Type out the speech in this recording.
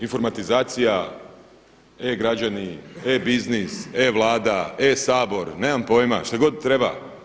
Informatizacija, e-građani, e-biznis, e-vlada, e-sabor, nemam pojma, što god treba.